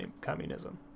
communism